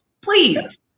please